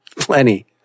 Plenty